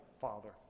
Father